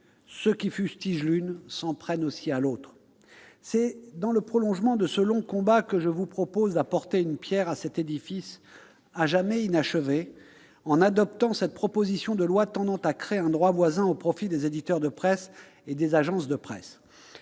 ceux qui fustigent l'une s'en prennent aussi à l'autre. Dans le prolongement de ce long combat, je vous propose d'apporter une pierre à cet édifice jamais achevé, en adoptant cette proposition de loi tendant à créer un droit voisin au profit des éditeurs de presse et des agences de presse.